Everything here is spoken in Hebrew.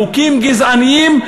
חוקים גזעניים,